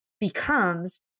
becomes